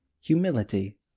humility